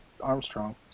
armstrong